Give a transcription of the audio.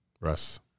Russ